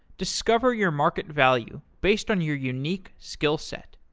discover your market value based on your unique skill set.